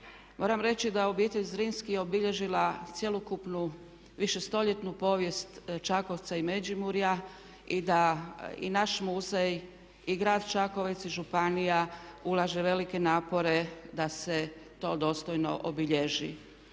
Moram reći da obitelj Zrinski je obilježila cjelokupnu višestoljetnu povijest Čakovca i Međimurja i da i naš muzej i grad Čakovec i županija ulaže velike napore da se to dostojno obilježi.